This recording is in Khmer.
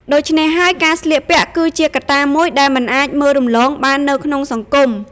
ដូច្នេះហើយ ការស្លៀកពាក់គឺជាកត្តាមួយដែលមិនអាចមើលរំលងបាននៅក្នុងសង្គម។